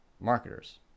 marketers